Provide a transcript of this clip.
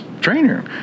trainer